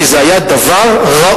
כי זה היה דבר ראוי.